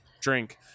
drink